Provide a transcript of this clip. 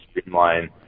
streamline